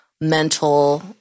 mental